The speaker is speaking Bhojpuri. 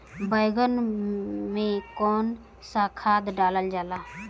बैंगन में कवन सा खाद डालल जाला?